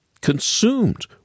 consumed